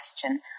question